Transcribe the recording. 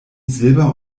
silber